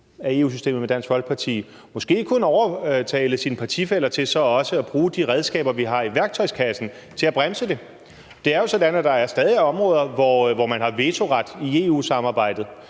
af EU-systemet med Dansk Folkeparti, måske kunne overtale sine partifæller til så også at bruge de redskaber, vi har i værktøjskassen, til at bremse det. Det er jo sådan, at der stadig er områder, hvor man har vetoret i EU-samarbejdet,